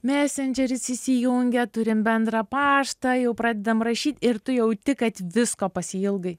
mesendžeris įsijungia turim bendrą paštą jau pradedam rašyt ir tu jauti kad visko pasiilgai